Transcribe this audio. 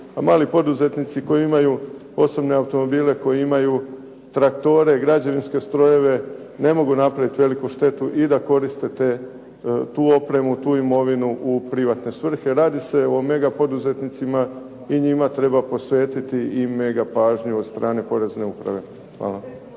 A mali poduzetnici koji imaju osobne automobile, traktore, građevinske strojeve, ne mogu napraviti veliku štetu i da koriste tu opremu, tu imovinu u privatne svrhe. Radi se o mega poduzetnicima i njima treba posvetiti i mega pažnju od strane porezne uprave. Hvala.